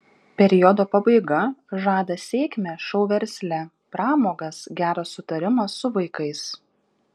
periodo pabaiga žada sėkmę šou versle pramogas gerą sutarimą su vaikais